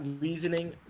reasoning